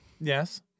yes